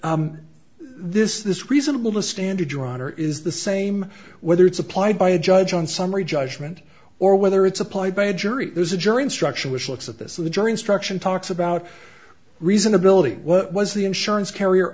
this is this reasonable a standard your honor is the same whether it's applied by a judge on summary judgment or whether it's applied by a jury there's a jury instruction which looks at this and the jury instruction talks about reasonability what was the insurance carrier